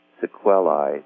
sequelae